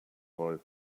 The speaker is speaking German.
voll